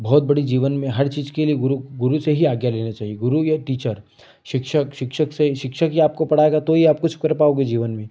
बहोत बड़ी जीवन में हर चीज के लिए गुरू गुरू से ही आज्ञा लेना चाहिए गुरू या टीचर शिक्षक शिक्षक से शिक्षक ही आपको पढ़ाएगा तो ही आप कुछ कर पाओगे जीवन में